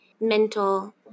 mental